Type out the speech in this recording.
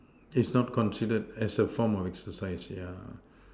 it's not considered as a form of exercise yeah